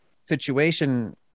situation